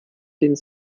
den